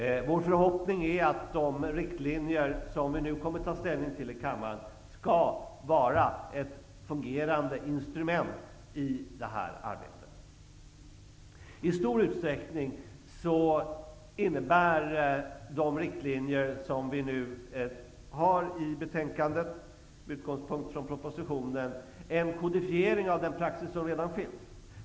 Vår förhoppning är att de riktlinjer som vi nu kommer att ta ställning till i kammaren skall vara ett fungerande instrument i det här arbetet. I stor utsträckning innebär de riktlinjer som nu med utgångspunkt från propositionen föreslås i betänkandet en kodifiering av den praxis som redan finns.